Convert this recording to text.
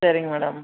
சரிங் மேடம்